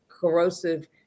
corrosive